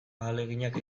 ahaleginak